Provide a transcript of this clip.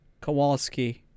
Kowalski